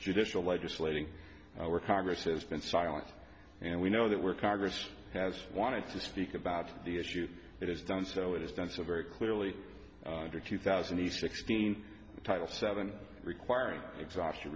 judicial legislating our congress has been silent and we know that we're congress has wanted to speak about the issue it has done so it has done so very clearly under two thousand and sixteen title seven requiring exhausti